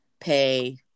pay